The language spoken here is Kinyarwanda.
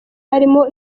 harimo